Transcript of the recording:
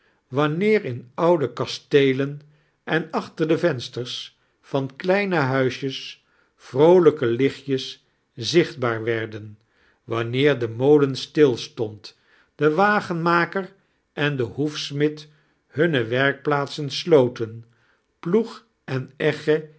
wanneer in ouide kasteelen en achter de vensters van heine huisjes vroolijke lichtjes ziohitbaar werden wanneer de molen staletond de wagenmaker en de hoefstnid hunne werkpilaaitsen sloten ploeg en egge